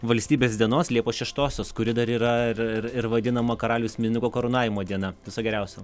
valstybės dienos liepos šeštosios kuri dar yra ir ir vadinama karaliaus mindaugo karūnavimo diena viso geriausio